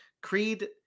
Creed